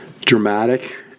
dramatic